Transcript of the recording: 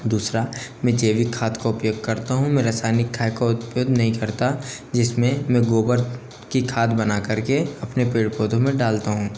दूसरा मैं जैविक खाद का उपयोग करता हूँ मैं रासायनिक खाद का उपयोग नहीं करता जिस में मैं गोबर की खाद बना कर के अपने पेड़ पौधों में डालता हूँ